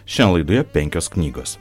šiandien laidoje penkios knygos